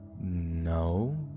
No